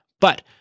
But-